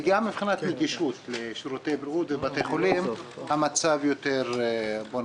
וגם מבחינת רגישות לשירותי בריאות בבתי חולים - המצב יותר חמור.